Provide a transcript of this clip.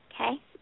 Okay